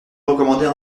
recommander